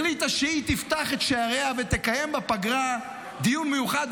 החליטה שהיא תפתח את שעריה ותקיים בפגרה דיון מיוחד,